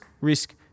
risk